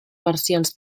versions